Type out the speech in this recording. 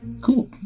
Cool